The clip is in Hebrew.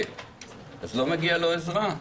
אז לא מגיעה לו עזרה?